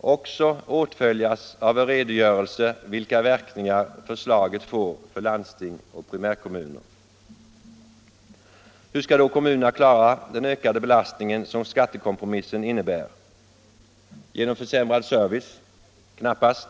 också åtföljas av en redogörelse för vilka verkningar förslaget får för landsting och primärkommuner. Hur skall då kommunerna klara den ökade belastning som skattekompromissen innebär? Genom försämrad service? Knappast.